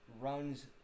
runs